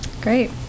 great